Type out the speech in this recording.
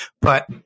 But-